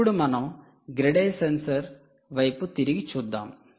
ఇప్పుడు మనం grid eye sensor వైపు తిరిగి చూద్దాం